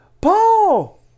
Paul